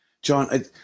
John